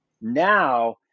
now